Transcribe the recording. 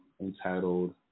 entitled